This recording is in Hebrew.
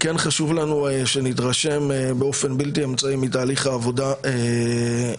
כן חשוב לנו להתרשם באופן בלתי אמצעי מתהליך העבודה